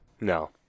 No